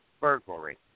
burglary